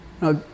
Now